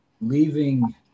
Leaving